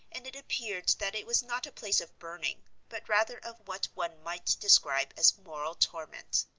and it appeared that it was not a place of burning, but rather of what one might describe as moral torment.